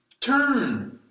Turn